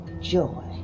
joy